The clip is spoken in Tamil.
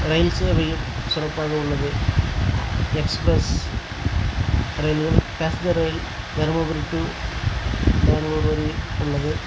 ரயில் சேவையும் சிறப்பாக உள்ளது எக்ஸ்ப்ரஸ் அதே மாதிரியும் பேசஞ்சர் ரயில் தர்மபுரி டு பேங்களூர் வரை உள்ளது